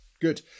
good